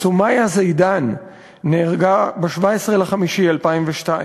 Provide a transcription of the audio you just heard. סומיה זידאן נהרגה ב-17 במאי 2002,